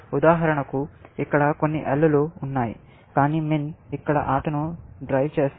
ఉదాహరణకు ఇక్కడ కొన్ని L లు ఉన్నాయి కానీ MIN ఇక్కడ ఆటను డ్రైవ్ చేస్తే